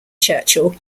churchill